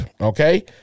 Okay